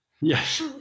Yes